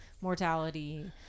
mortality